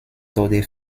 tode